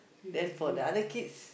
then for the other kids